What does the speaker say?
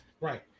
Right